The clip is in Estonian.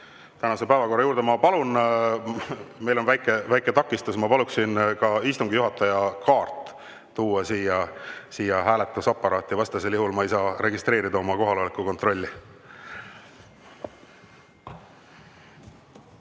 tänase päevakorra juurde. Meil on aga väike takistus. Ma paluksin ka istungi juhataja kaart tuua siia hääletusaparaati, vastasel juhul ma ei saa registreerida oma kohalolekut.